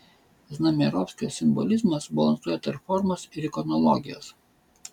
znamierovskio simbolizmas balansuoja tarp formos ir ikonologijos